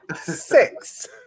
six